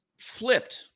flipped